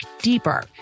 deeper